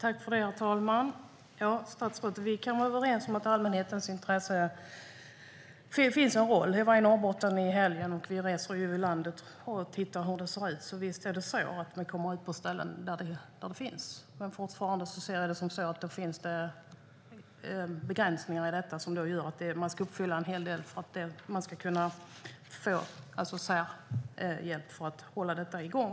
Herr talman! Vi kan, statsrådet, vara överens om att det finns en roll för allmänhetens intresse. Jag var i Norrbotten i helgen - vi reser ju över landet och tittar på hur det ser ut - och visst kommer man till ställen där det finns. Men fortfarande ser jag att det finns begränsningar i detta som gör att man ska uppfylla en hel del för att man ska få särhjälp för att hålla igång verksamheten.